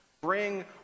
bring